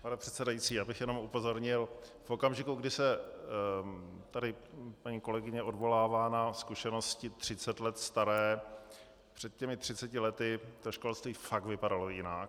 Pane předsedající, já bych jenom upozornil v okamžiku, kdy se tady paní kolegyně odvolává na zkušenosti třicet let staré před těmi třiceti lety to školství fakt vypadalo jinak.